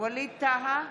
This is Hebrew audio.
ווליד טאהא,